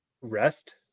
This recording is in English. rest